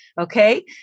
okay